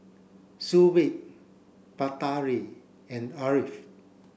Shuib Batari and Ashraff